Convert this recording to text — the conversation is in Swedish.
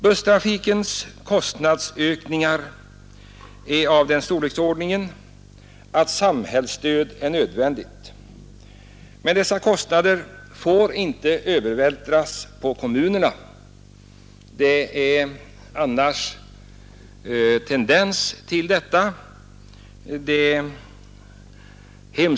Busstrafikens kostnadsökningar är av sådan storleksordning att samhällsstöd är nödvändigt, men dessa kostnader får inte övervältras på kommunerna. Det finns annars en tendens till detta.